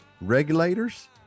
regulators